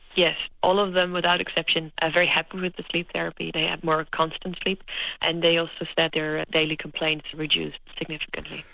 yes, all of them without exception are very happy with the sleep therapy, they had more constant sleep and they also said that their daily complaints reduced significantly.